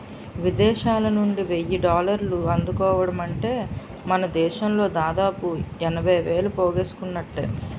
విదేశాలనుండి వెయ్యి డాలర్లు అందుకోవడమంటే మనదేశంలో దాదాపు ఎనభై వేలు పోగేసుకున్నట్టే